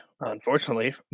unfortunately